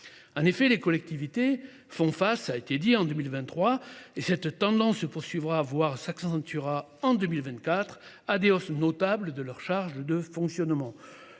En effet, les collectivités font face en 2023 – et cette tendance se poursuivra, voire s’accentuera en 2024 – à des hausses notables de leurs charges de fonctionnement.